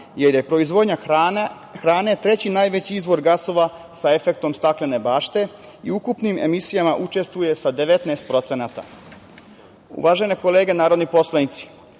jer je proizvodnja hrane treći najveći izvor gasova sa efektom staklene bašte i ukupnim emisijama učestvuje sa 19%.Uvažene kolege narodni poslanici,